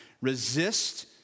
Resist